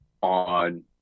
on